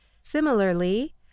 Similarly